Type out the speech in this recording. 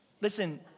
Listen